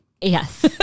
yes